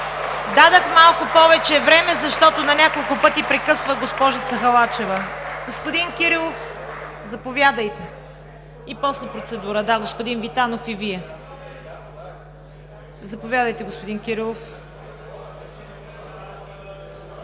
Дадох малко повече време, защото на няколко пъти прекъсва госпожица Халачева. Господин Кирилов, заповядайте и после процедура. (Реплики.) Да, господин Витанов, и Вие. Заповядайте, господин Кирилов.